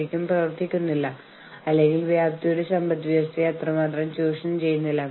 അപ്പോൾ സംഘടനയ്ക്ക് അല്ലെങ്കിൽ മാനേജ്മെന്റിന് ഇല്ല എന്ന് പറയാൻ കഴിയില്ല